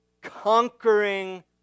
conquering